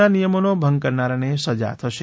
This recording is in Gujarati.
ના નિયમોનો ભંગ કરનારાને સજા થશે